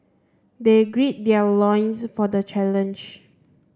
they grid their loins for the challenge